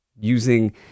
using